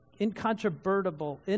incontrovertible